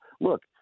look